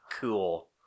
cool